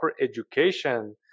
education